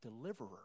deliverer